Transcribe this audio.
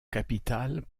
capitale